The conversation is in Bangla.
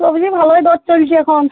সবজি ভালোই দর চলছে এখন